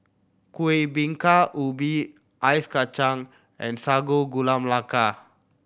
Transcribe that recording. Kuih Bingka Ubi ice kacang and Sago Gula Melaka